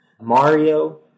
Mario